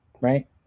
right